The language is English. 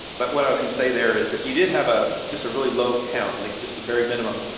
but what i was gonna say there is, if you did have ah just a really low count, like just the very minimum,